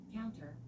Counter